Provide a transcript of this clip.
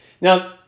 Now